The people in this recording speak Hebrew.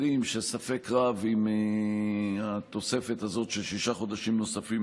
יודעים שספק רב אם התוספת הזו של שישה חודשים נוספים,